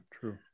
True